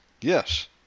Yes